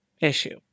issue